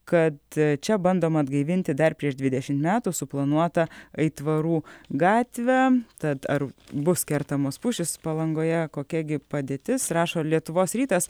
kad čia bandoma atgaivinti dar prieš dvidešim metų suplanuotą aitvarų gatvę tad ar bus kertamos pušys palangoje kokia gi padėtis rašo lietuvos rytas